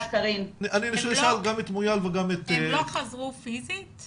אני אשאל גם את מויאל וגם את --- הם לא חזרו פיזית?